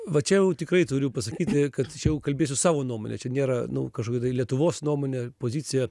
va čia jau tikrai turiu pasakyti kad čia jau kalbėsiu savo nuomonę čia nėra nu kažkokia tai lietuvos nuomonė pozicija